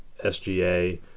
SGA